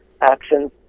actions